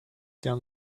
down